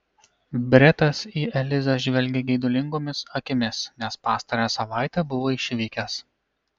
bretas į elizą žvelgė geidulingomis akimis nes pastarąją savaitę buvo išvykęs